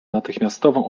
natychmiastową